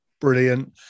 brilliant